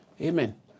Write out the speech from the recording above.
Amen